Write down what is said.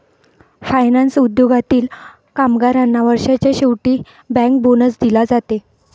finance उद्योगातील कामगारांना वर्षाच्या शेवटी बँकर्स बोनस दिला जाते